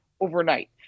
overnight